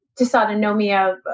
dysautonomia